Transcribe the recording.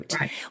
Right